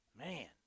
Man